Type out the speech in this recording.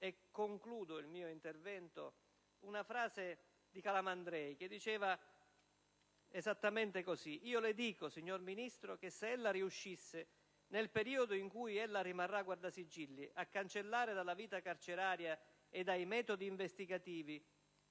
concludere il mio intervento con questa frase di Calamandrei: «Io le dico, signor Ministro, che se ella riuscisse, nel periodo in cui ella rimarrà Guardasigilli, a cancellare dalla vita carceraria e dai metodi investigativi